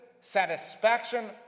satisfaction